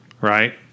right